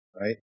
right